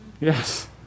Yes